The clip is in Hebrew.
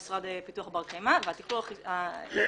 המשרד לפיתוח בר קיימא או משרד האוצר,